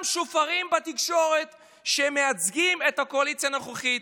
שופרות בתקשורת שמייצגים את הקואליציה הנוכחית.